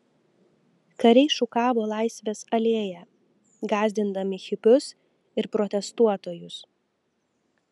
kariai šukavo laisvės alėją gąsdindami hipius ir protestuotojus